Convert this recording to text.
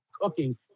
cooking